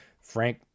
frank